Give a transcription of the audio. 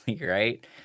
right